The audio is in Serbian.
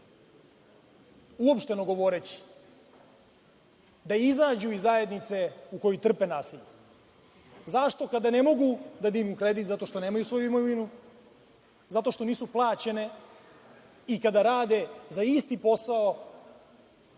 uopšteno govoreći, da izađu iz zajednice u kojoj trpe nasilje. Zašto ne mogu da dignu kredit? Zato što nemaju svoju imovinu, zato što nisu plaćene i kada rade za isti posao